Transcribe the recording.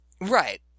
Right